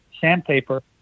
sandpaper